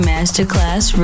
Masterclass